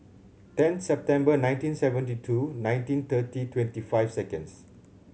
ten September nineteen seventy two nineteen thirty twenty five seconds